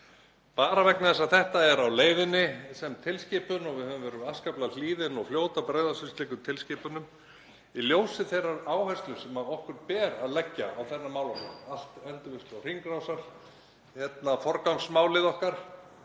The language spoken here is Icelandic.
Bara vegna þess að þetta er á leiðinni sem tilskipun og við höfum verið afskaplega hlýðin og fljót að bregðast við slíkum tilskipunum og í ljósi þeirrar áherslu sem okkur ber að leggja á þennan málaflokk, allt endurvinnslu- og hringrásarforgangsmálið okkar,